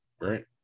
Right